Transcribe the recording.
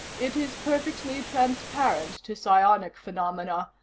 it is perfectly transparent to psionic phenomena,